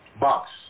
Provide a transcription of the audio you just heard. box